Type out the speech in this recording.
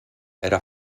era